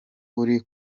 uri